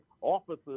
officers